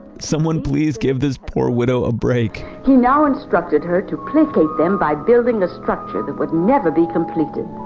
someone please give this poor widow a break he now instructed her to placate them by building a structure that would never be completed.